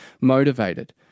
motivated